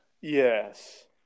yes